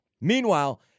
Meanwhile